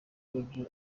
rwe